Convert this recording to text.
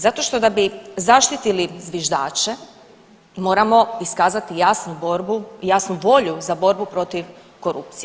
Zato što da bi zaštitili zviždače moramo iskazati jasnu borbu i jasnu volju za borbu protiv korupcije.